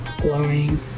blowing